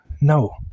No